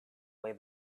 way